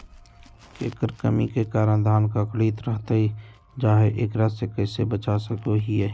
केकर कमी के कारण धान खखड़ी रहतई जा है, एकरा से कैसे बचा सको हियय?